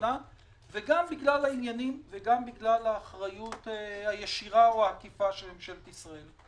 לתמונה וגם בגלל האחריות הישירה או העקיפה של ממשלת ישראל.